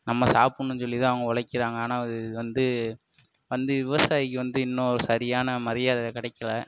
நம்ம சாப்புடணும் சொல்லிதான் அவங்க உழைக்குறாங்க ஆனால் அது வந்து வந்து விவசாயிக்கு வந்து இன்னும் சரியான மரியாதை கிடைக்கல